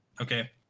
Okay